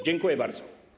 Dziękuję bardzo.